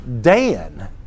Dan